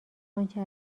انچه